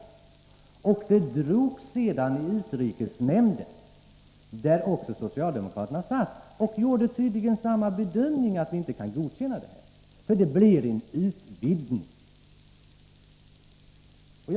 Frågan behandlades sedan i utrikesnämnden — där också socialdemokraterna är representerade — och där gjordes tydligen samma bedömning, nämligen att man inte kunde godkänna ansökningarna, eftersom det i så fall skulle bli fråga om en utvidgning av företagens verksamhet.